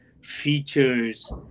features